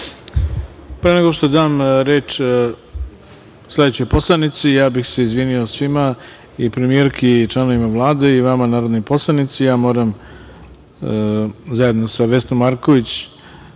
nego što dam reč sledećoj poslanici, ja bih se izvinio svima i premijerki i članovima Vlade i vama narodnim poslanicima, zajedno sa Vesnom Marković